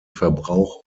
verbrauch